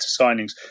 signings